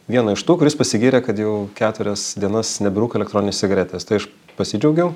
vieną iš tų kuris pasigyrė kad jau keturias dienas neberūko elektroninės cigaretės tai aš pasidžiaugiau